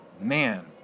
man